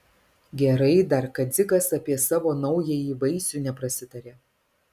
gerai dar kad dzikas apie savo naująjį vaisių neprasitarė